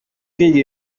kwiga